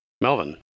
Melvin